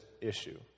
issue